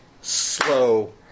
slow